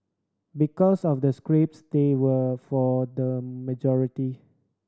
because of the scripts they were for the majority